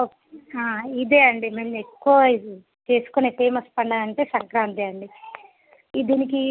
okay ఇదే అండి మేము ఎక్కువ చేసుకునే ఫేమస్ పండుగ అంటే సంక్రాంతి అండి దీనికి